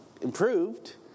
improved